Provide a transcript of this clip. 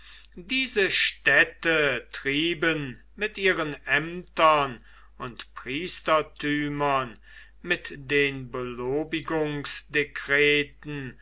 diese städte trieben mit ihren ämtern und priestertümern mit den